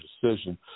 decision